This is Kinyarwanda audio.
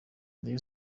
rayon